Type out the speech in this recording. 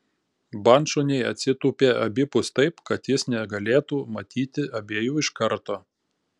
bandšuniai atsitūpė abipus taip kad jis negalėtų matyti abiejų iškarto